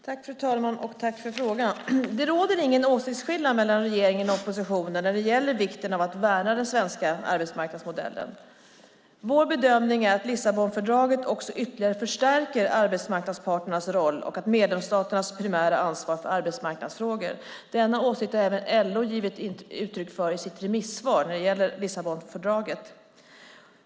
Fru talman! Tack för frågan! Det råder ingen åsiktsskillnad mellan regeringen och oppositionen när det gäller vikten av att värna den svenska arbetsmarknadsmodellen. Vår bedömning är att Lissabonfördraget också ytterligare förstärker arbetsmarknadsparternas roll och medlemsstaternas primära ansvar för arbetsmarknadsfrågor. Denna åsikt har även LO givit uttryck för i sitt remissvar när det gäller Lissabonfördraget.